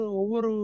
over